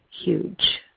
huge